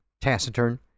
taciturn